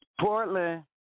portland